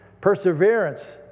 Perseverance